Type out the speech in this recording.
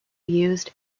used